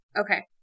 Okay